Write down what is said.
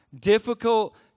difficult